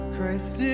Christ